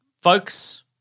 Folks